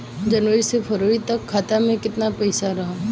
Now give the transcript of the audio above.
जनवरी से फरवरी तक खाता में कितना पईसा रहल?